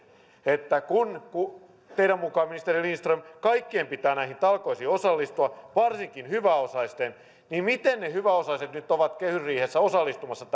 kun kun teidän mukaan ministeri lindström kaikkien pitää näihin talkoisiin osallistua varsinkin hyväosaisten niin miten hyväosaiset nyt ovat kehysriihessä osallistumassa